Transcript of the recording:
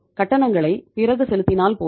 கட்டணங்களை பிறகு செலுத்தினால் போதும்